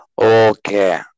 Okay